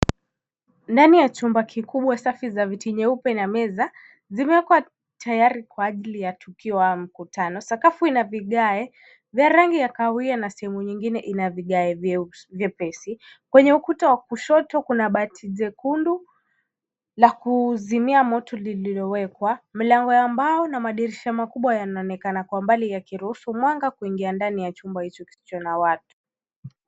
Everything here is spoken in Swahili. Ndani ya chumba kikubwa safi za viti nyeupe na meza, zimewekwa tayari kwa ajili ya tukio au mkutano. Sakafu ina vigae vya rangi ya kahawia na sehemu nyingine ina vigae vyeusi vyepesi. Kwenye ukuta wa kushoto kuna bati jekundu la kuzimia moto lililowekwa. Milango ya mbao na madirisha makubwa yanaonekana kwa mbali takiruhusu mwanga kuingia ndani ya chumba hicho kisicho na watu.